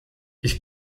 ich